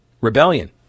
Rebellion